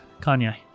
Kanye